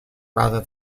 rather